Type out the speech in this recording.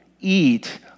eat